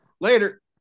Later